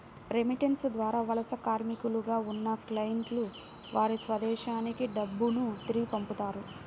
remittance ద్వారా వలస కార్మికులుగా ఉన్న క్లయింట్లు వారి స్వదేశానికి డబ్బును తిరిగి పంపుతారు